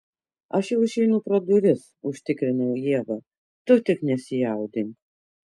aš jau išeinu pro duris užtikrinau ievą tu tik nesijaudink